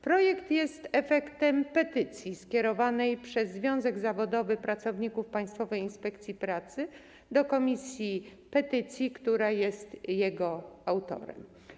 Projekt jest efektem petycji skierowanej przez Związek Zawodowy Pracowników Państwowej Inspekcji Pracy do Komisji do Spraw Petycji, która jest jego autorem.